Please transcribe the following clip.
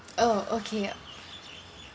oh okay